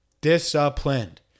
Disciplined